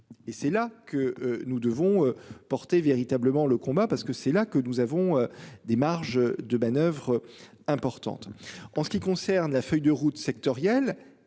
et c'est là que nous devons porter véritablement le combat parce que c'est là que nous avons des marges de manoeuvre. Importante en ce qui concerne la feuille de route sectorielles,